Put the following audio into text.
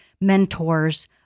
mentors